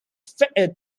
fitted